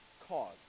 cause